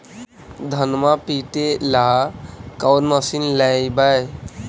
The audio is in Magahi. धनमा पिटेला कौन मशीन लैबै?